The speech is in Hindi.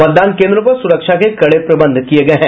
मतदान केन्द्रों पर सुरक्षा के कड़े प्रबंध किये गये हैं